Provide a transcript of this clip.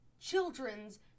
children's